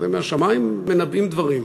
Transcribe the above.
זה מהשמים, מנבאים דברים.